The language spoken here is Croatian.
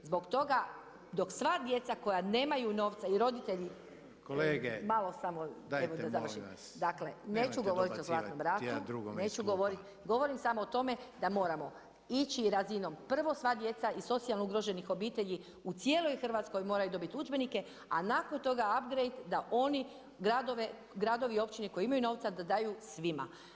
Zbog toga dok sva djeca koja nemaju novca i roditelji [[Upadica Reiner: Kolege, dajte molim vas, nemojte dobacivati jedan drugome iz klupa.]] dakle neću govoriti o Zlatnom ratu, neću govoriti, govorim samo o tome da moramo ići razinom prvo sva djeca iz socijalno ugroženih obitelji u cijeloj Hrvatskoj moraju dobiti udžbenike, a nakon toga … da oni gradovi i općine koji imaju novca da daju svima.